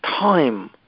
time